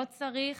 לא צריך